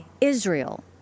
Israel